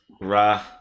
Ra